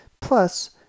Plus